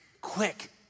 Quick